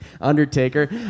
Undertaker